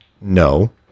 No